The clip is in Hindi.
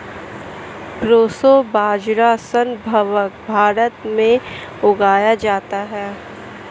प्रोसो बाजरा संभवत भारत में उगाया जाता है